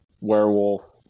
werewolf